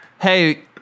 hey